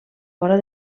vora